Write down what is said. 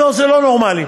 לא, זה לא נורמלי.